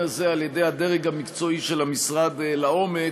הזה על-ידי הדרג המקצועי של המשרד לעומק,